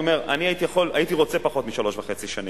אני אומר: אני הייתי רוצה פחות משלוש שנים וחצי.